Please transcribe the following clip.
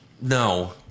No